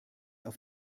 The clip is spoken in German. auf